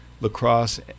lacrosse